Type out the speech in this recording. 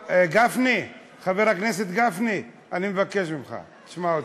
דני, אחריו, חבר הכנסת אחמד טיבי, ואחריו,